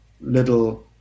little